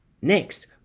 Next